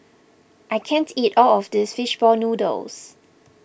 I can't eat all of this Fish Ball Noodles